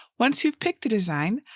once you've picked the design,